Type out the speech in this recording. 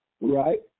Right